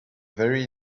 very